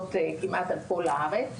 שפרוסות כמעט על כל הארץ ונותנות מענים לבעיה הזו.